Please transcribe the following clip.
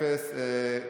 אין נמנעים.